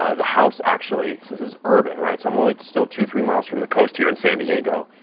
um the house actually, since it's urban, right? so i'm only, still two, three miles from the coast here in san diego.